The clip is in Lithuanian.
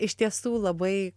iš tiesų labai